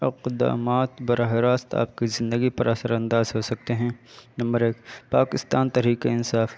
اقدامات براہِ راست آپ کی زندگی پر اثرانداز ہو سکتے ہیں نمبر ایک پاکستان تحریکِ انصاف